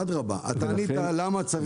אדרבה, אתה ענית למה צריך בחקיקה.